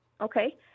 Okay